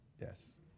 Yes